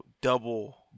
double